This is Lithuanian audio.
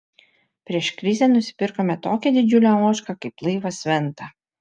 prieš krizę nusipirkome tokią didžiulę ožką kaip laivas venta